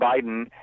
Biden